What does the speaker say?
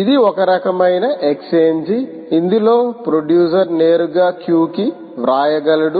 ఇది ఒక రకమైన ఎక్స్ఛేంజి ఇందులో ప్రొడ్యూసర్ నేరుగా q కి వ్రాయగలడు